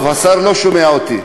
טוב, השר לא שומע אותי.